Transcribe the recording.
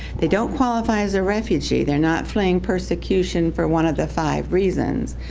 they don't qualify as a refugee. they're not fleeing persecution for one of the five reasons,